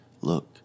Look